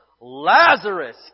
Lazarus